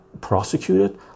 prosecuted